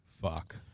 Fuck